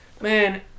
Man